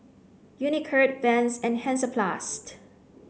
Unicurd Vans and Hansaplast